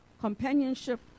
companionship